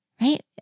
right